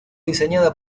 diseñada